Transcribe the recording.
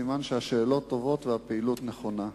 סימן שהשאלות טובות והפעילות נכונה.